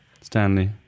Stanley